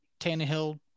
Tannehill